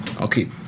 Okay